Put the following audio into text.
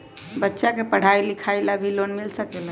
बच्चा के पढ़ाई लिखाई ला भी लोन मिल सकेला?